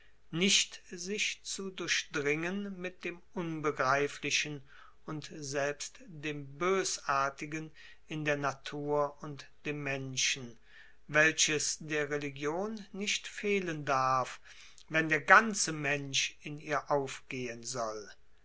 nicht sich zu durchdringen mit dem unbegreiflichen und selbst dem boesartigen in der natur und dem menschen welches der religion nicht fehlen darf wenn der ganze mensch in ihr aufgehen soll